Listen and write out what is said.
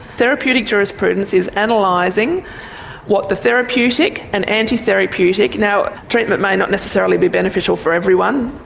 therapeutic jurisprudence is analysing what the therapeutic and anti-therapeutic now, a treatment may not necessarily be beneficial for everyone,